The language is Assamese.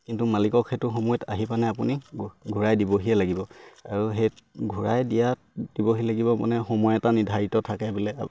কিন্তু মালিকক সেইটো সময়ত আহি পানে আপুনি ঘূৰাই দিবহিয়ে লাগিব আৰু সেই ঘূৰাই দিয়াত দিবহি লাগিব মানে সময় এটা নিৰ্ধাৰিত থাকে বোলে